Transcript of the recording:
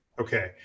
Okay